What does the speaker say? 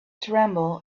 tremble